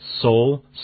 soul